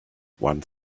one